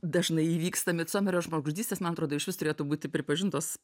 dažnai įvyksta midsomerio žmogžudystės man atrodo išvis turėtų būti pripažintos